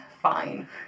fine